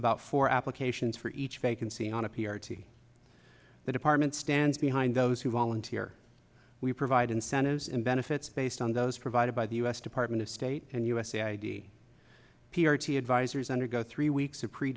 about four applications for each vacancy on a p r t the department stands behind those who volunteer we provide incentives and benefits based on those provided by the u s department of state and usa i d p r t advisers undergo three weeks to pre